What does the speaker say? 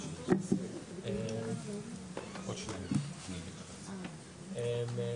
עמית יוסוב עמיר,